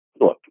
look